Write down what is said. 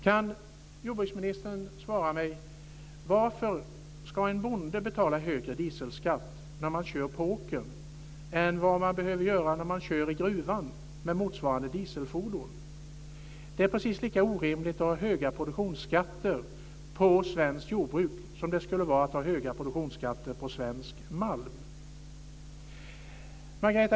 Kan jordbruksministern svara mig: Varför ska en bonde betala högre dieselskatt när han kör på åkern än vad man behöver göra när man kör i gruvan med motsvarande dieselfordon? Det är precis lika orimligt att ha höga produktionsskatter på svenskt jordbruk som det skulle vara att ha höga produktionsskatter på svensk malm.